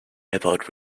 about